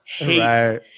right